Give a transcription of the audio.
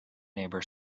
neighbor